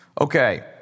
Okay